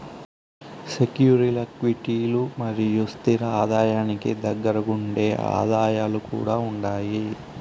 సెక్యూరీల్ల క్విటీలు మరియు స్తిర ఆదాయానికి దగ్గరగుండే ఆదాయాలు కూడా ఉండాయి